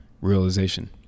realization